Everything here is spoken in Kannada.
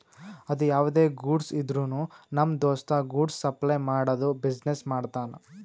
ಅದು ಯಾವ್ದೇ ಗೂಡ್ಸ್ ಇದ್ರುನು ನಮ್ ದೋಸ್ತ ಗೂಡ್ಸ್ ಸಪ್ಲೈ ಮಾಡದು ಬಿಸಿನೆಸ್ ಮಾಡ್ತಾನ್